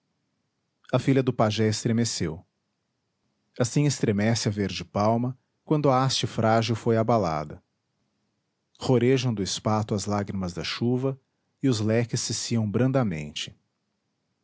a filha do pajé estremeceu assim estremece a verde palma quando a haste frágil foi abalada rorejam do espato as lágrimas da chuva e os leques ciciam brandamente